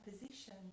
position